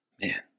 Man